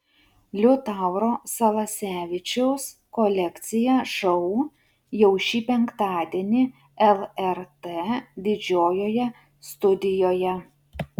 liutauro salasevičiaus kolekcija šou jau šį penktadienį lrt didžiojoje studijoje